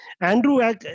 Andrew